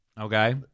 Okay